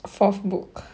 fourth book